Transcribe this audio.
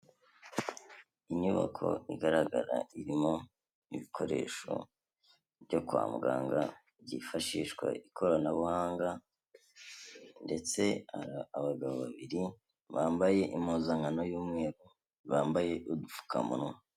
Inyubako igaragara irimo ibikoresho byo kwa muganga, byifashishwa ikoranabuhanga, ndetse abagabo babiri bambaye impuzankano y'umweru, bambaye udupfukamunwa.